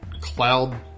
cloud